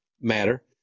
matter